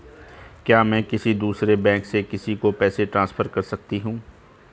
क्या मैं किसी दूसरे बैंक से किसी को पैसे ट्रांसफर कर सकती हूँ?